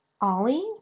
Ollie